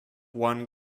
one